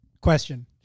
Question